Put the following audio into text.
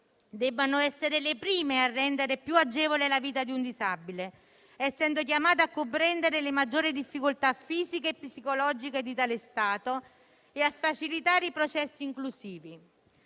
debbano essere le prime a rendere più agevole la vita di un disabile, essendo chiamate a comprendere le maggiori difficoltà fisiche e psicologiche di tale stato e a facilitare i processi inclusivi.